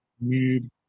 need